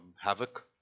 havoc